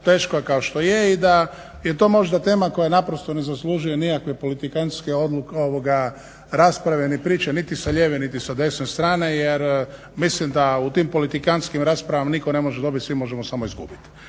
teška kao što je i da je to možda tema koja naprosto ne zaslužuje nikakve politikantske rasprave ni priče, niti sa lijeve niti sa desne strane jer mislim da u tim politikantskim raspravama nitko ne može dobiti, svi možemo samo izgubiti.